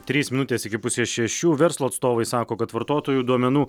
trys minutės iki pusės šešių verslo atstovai sako kad vartotojų duomenų